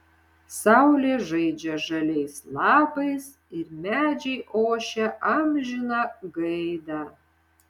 saulė žaidžia žaliais lapais ir medžiai ošia amžiną gaidą